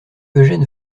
eugène